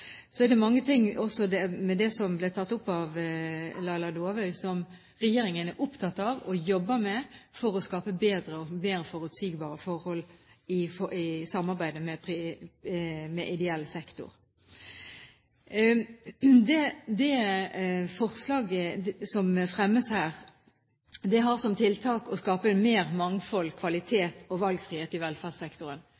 Så er det mange ting, også med hensyn til det som ble tatt opp av Laila Dåvøy, som regjeringen er opptatt av og jobber med for å skape bedre og mer forutsigbare forhold i samarbeidet med ideell sektor. Med det forslaget som fremmes her, har man til hensikt å skape mer mangfold,